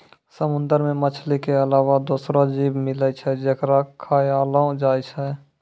समुंदर मे मछली के अलावा दोसरो जीव मिलै छै जेकरा खयलो जाय छै